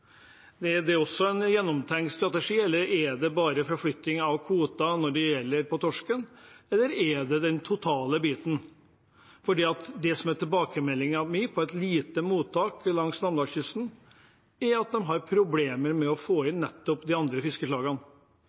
Er det også en gjennomtenkt strategi, eller er det bare forflytting av kvoter når det gjelder torsken, eller er det den totale biten? Det som er tilbakemeldingen fra et lite mottak langs trøndelagskysten, er at de har problemer med å få inn nettopp de andre